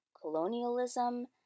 colonialism